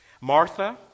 Martha